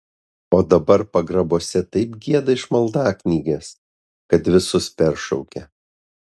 o dabar pagrabuose taip gieda iš maldaknygės kad visus peršaukia